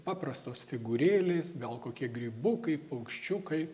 paprastos figūrėlės gal kokie grybukai paukščiukai